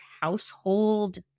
household